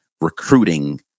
recruiting